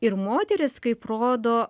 ir moteris kaip rodo